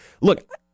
Look